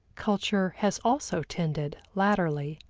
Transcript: culture has also tended, latterly,